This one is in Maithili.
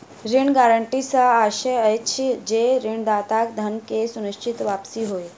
ऋण गारंटी सॅ आशय अछि जे ऋणदाताक धन के सुनिश्चित वापसी होय